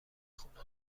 خونه